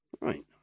right